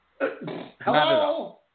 Hello